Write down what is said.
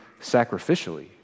sacrificially